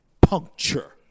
puncture